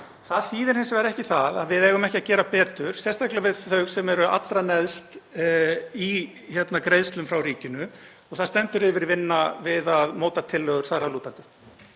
Það þýðir hins vegar ekki að við eigum ekki að gera betur, sérstaklega við þau sem eru allra neðst í greiðslum frá ríkinu og það stendur yfir vinna við að móta tillögur þar að lútandi.